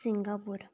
Singapore